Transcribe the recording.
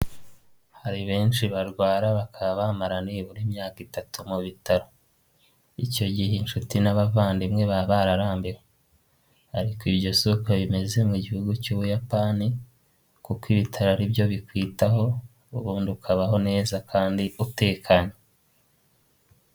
Hari benshi barwara bakaba bamara nibura imyaka itatu mu bitaro, icyo gihe inshuti n'abavandimwe baba bararambiwe, ariko ibyo suko bimeze mu gihugu cy'Ubuyapani, kuko ibitaro ari byo bikwitaho ubundi ukabaho neza kandi utekanye.